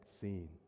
seen